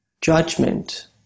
judgment